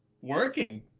Working